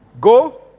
Go